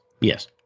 Yes